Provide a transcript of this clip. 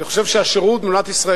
אני חושב שהשירות במדינת ישראל,